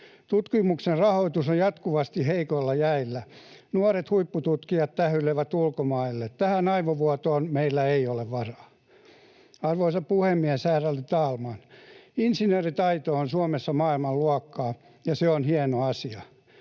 Tutkimuksen rahoitus on jatkuvasti heikoilla jäillä. Nuoret huippututkijat tähyilevät ulkomaille. Tähän aivovuotoon meillä ei ole varaa. Arvoisa puhemies, ärade talman! Insinööritaito on Suomessa maailmanluokkaa, ja se on hieno asia.